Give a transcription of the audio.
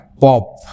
pop